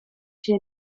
się